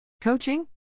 Coaching